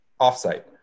offsite